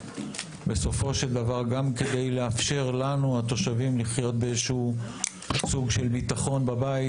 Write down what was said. בסופו של דבר גם לאפשר לנו התושבים לחיות באיזשהו סוג של ביטחון בבית,